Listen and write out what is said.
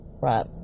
Right